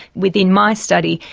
within my study,